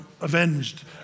avenged